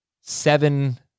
seven